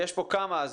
נמצאים כאן כמה נציגים.